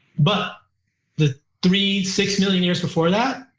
but the three, six million years before that,